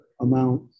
amount